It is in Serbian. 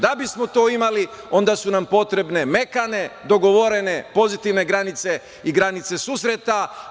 Da bismo to imali, onda su nam potrebne mekane, dogovorene, pozitivne granice i granice susreta.